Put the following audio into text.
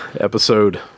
Episode